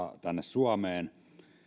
tänne suomeen